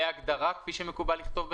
והגדרה כפי שמקובל לכתוב בחקיקה.